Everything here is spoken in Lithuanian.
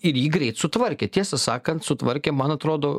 ir jį greit sutvarkė tiesą sakant sutvarkė man atrodo